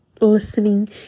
listening